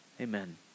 amen